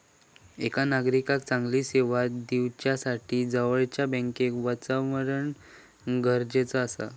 एका नागरिकाक चांगली सेवा दिवच्यासाठी जवळच्या बँकेक वाचवणा गरजेचा आसा